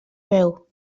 veu